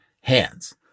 hands